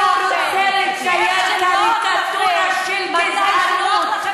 אם מישהו רוצה לצייר קריקטורה של גזענות,